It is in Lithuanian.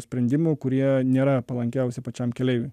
sprendimų kurie nėra palankiausi pačiam keleiviui